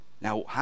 Now